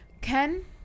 Ken